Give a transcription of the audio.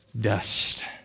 dust